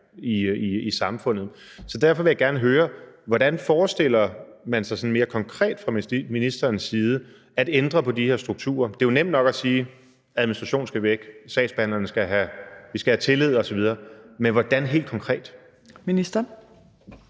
i samfundet. Så derfor vil jeg gerne høre: Hvordan forestiller man sig sådan mere konkret fra ministerens side at ændre på de her strukturer? Det er jo nemt nok at sige, at administrationen skal væk, at vi skal have tillid osv., men helt konkret hvordan?